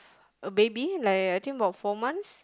a baby like I think about four months